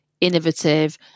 innovative